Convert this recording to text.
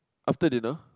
after dinner